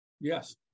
Yes